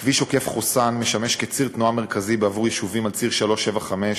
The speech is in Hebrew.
כביש עוקף-חוסאן משמש כציר תנועה מרכזי בעבור יישובים על ציר 375,